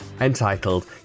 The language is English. entitled